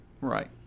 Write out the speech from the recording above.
Right